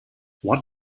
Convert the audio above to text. what